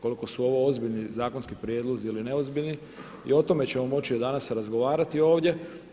Koliko su ovo ozbiljni zakonski prijedlozi ili neozbiljni i o tome ćemo moći danas razgovarati ovdje.